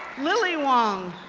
lily wong,